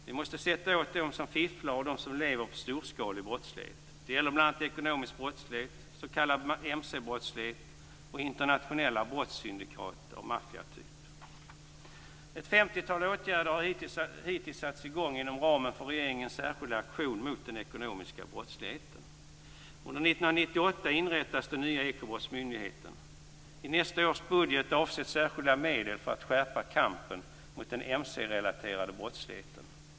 Vi måste sätta åt dem som fifflar och de som lever på storskalig brottslighet. Det gäller bl.a. ekonomisk brottslighet, s.k. mc-brottslighet och internationella brottssyndikat av maffiatyp. Ett femtiotal åtgärder har hittills satts i gång inom ramen för regeringens särskilda aktion mot den ekonomiska brottsligheten. Under 1998 inrättas den nya ekobrottsmyndigheten. I nästa års budget avsätts särskilda medel för att skärpa kampen mot den mcrelaterade brottsligheten.